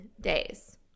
days